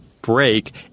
break